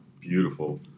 Beautiful